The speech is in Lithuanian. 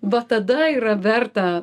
va tada yra verta